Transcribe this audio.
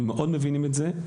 הם מאוד מבינים את זה,